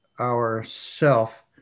Ourself